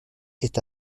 est